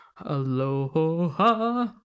Aloha